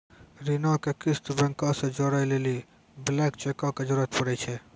ऋणो के किस्त बैंको से जोड़ै लेली ब्लैंक चेको के जरूरत पड़ै छै